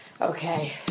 Okay